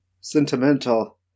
sentimental